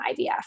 IVF